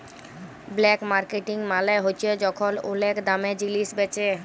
black marketing মালে যখল ওলেক দামে জিলিস বেঁচে